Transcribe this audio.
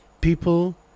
People